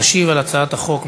תשיב על הצעת החוק,